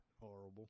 Horrible